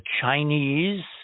Chinese